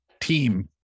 team